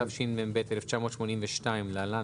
התשמ"ב 1982 (להלן,